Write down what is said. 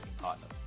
partners